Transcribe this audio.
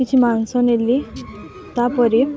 କିଛି ମାଂସ ନେଲି ତାପରେ